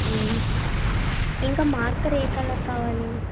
ఇంకా మార్కర్ ఏ కలర్ కావాలి